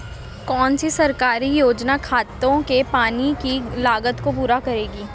कौन सी सरकारी योजना खेतों के पानी की लागत को पूरा करेगी?